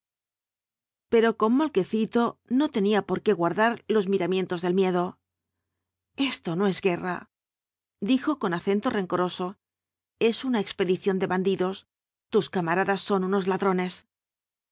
pero con moukecito no tenía por qué guardar los miramientos del miedo esto no es guerra dijo con acento rencoroso es una expedición de bandidos tus camaradas son unos ladrones